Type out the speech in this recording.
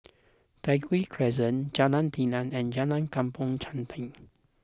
Tai Hwan Crescent Jalan Telang and Jalan Kampong Chantek